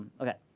okay.